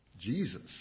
Jesus